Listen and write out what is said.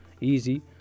easy